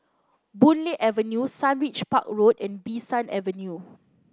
Boon Lay Avenue Sundridge Park Road and Bee San Avenue